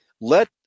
let